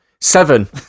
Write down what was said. seven